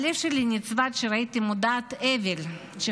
הלב שלי נצבט כשראיתי מודעת אבל שחתומה